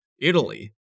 Italy